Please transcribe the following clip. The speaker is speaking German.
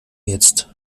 jetzt